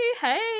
Hey